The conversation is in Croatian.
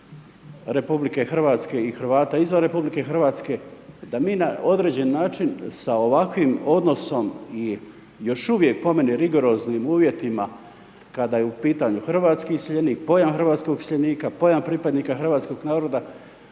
odnosima RH i Hrvata izvan RH, da mi na određeni način, sa ovakvim odnosom i još uvijek, po meni, rigoroznim uvjetima, kada je u pitanju hrvatski iseljenik, pojam hrvatskog iseljenika, pojam pripadnika hrvatskog naroda,